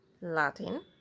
latin